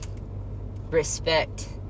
respect